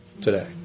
today